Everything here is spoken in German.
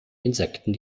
insekten